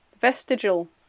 Vestigial